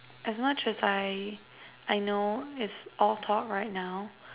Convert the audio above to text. as much as I I know it's all talk right now